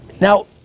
Now